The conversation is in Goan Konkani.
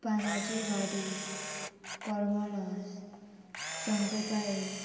पानाची वाडी कोरमोनास शंकरपाळी